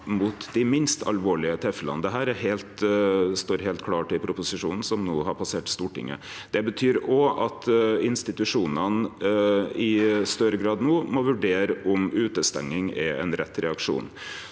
mot dei minst alvorlege tilfella. Dette står heilt klart i proposisjonen som no har passert Stortinget. Det betyr òg at institusjonane i større grad no må vurdere om utestenging er ein rett reaksjon.